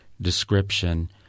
description